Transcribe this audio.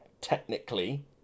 Technically